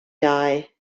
die